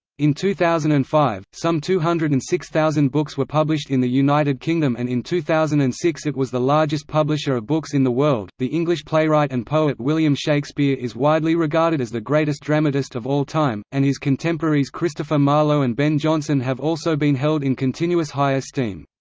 in two thousand and five, five, some two hundred and six thousand books were published in the united kingdom and in two thousand and six it was the largest publisher of books in the world the english playwright and poet william shakespeare is widely regarded as the greatest dramatist of all time, and his contemporaries christopher marlowe and ben jonson have also been held in continuous high esteem.